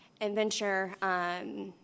adventure